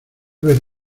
vez